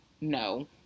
no